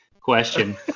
question